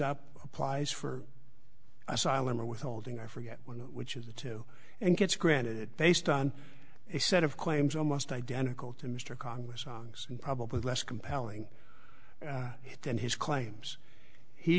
up applies for asylum or withholding i forget which of the two and gets granted it based on a set of claims almost identical to mr congress angst and probably less compelling than his claims he